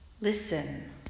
Listen